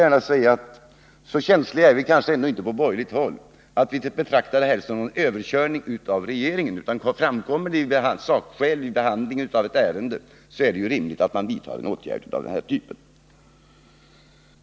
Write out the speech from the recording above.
Så känsliga är vi kanske ändå inte på borgerligt håll att vi betraktar det här som någon överkörning av regeringen. Framkommer sakskäl vid behandlingen av ett ärende är det rimligt att man vidtar en åtgärd av den här typen.